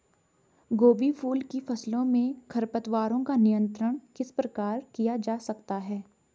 गोभी फूल की फसलों में खरपतवारों का नियंत्रण किस प्रकार किया जा सकता है?